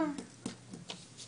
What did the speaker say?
באנו לכאן